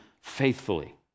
faithfully